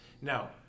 Now